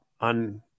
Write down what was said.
on